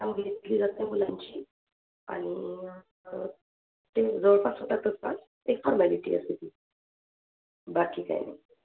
त्या मुलांशी आणि ते जवळपास होतातच पास एक फॉर्मॅलिटी असते ती बाकी काही नाही